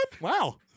Wow